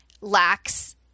lacks